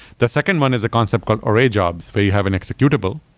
the second one is a concept called array jobs, where you have an executable.